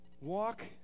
Walk